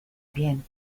bien